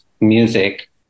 music